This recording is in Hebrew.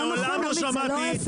אבל זה לא נכון עמית זה לא אפס.